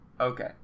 Okay